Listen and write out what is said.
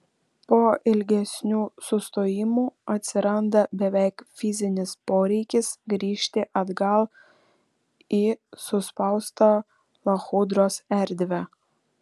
po ilgesnių sustojimų atsiranda beveik fizinis poreikis grįžti atgal į suspaustą lachudros erdvę